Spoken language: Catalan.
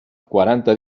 quaranta